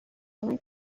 only